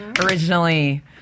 Originally